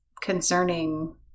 concerning